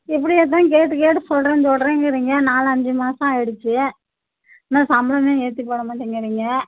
இப்படியே தான் கேட்டு கேட்டு சொல்லுறேன் சொல்லுறேங்கறீங்க நாலஞ்சு மாதம் ஆயிடுச்சு இன்னும் சம்பளமே ஏற்றிப் போட மாட்டேங்கறீங்க